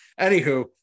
anywho